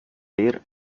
air